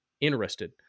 interested